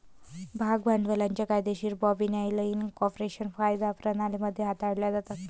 भाग भांडवलाच्या कायदेशीर बाबी न्यायालयीन कॉर्पोरेट कायदा प्रणाली मध्ये हाताळल्या जातात